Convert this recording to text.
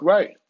Right